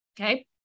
okay